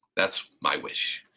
that's my wish,